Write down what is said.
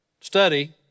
study